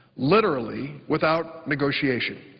literally without negotiation.